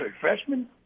freshman